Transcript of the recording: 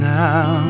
now